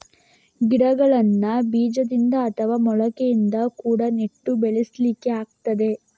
ಗಿಡಗಳನ್ನ ಬೀಜದಿಂದ ಅಥವಾ ಮೊಳಕೆಯಿಂದ ಕೂಡಾ ನೆಟ್ಟು ಬೆಳೆಸ್ಲಿಕ್ಕೆ ಆಗ್ತದೆ